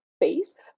face